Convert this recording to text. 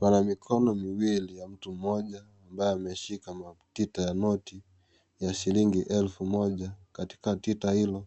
Pana mikono miwili ya mtu mmoja ambaye ameshika matita ya noti ya shilingi elfu moja, katika tita hiyo,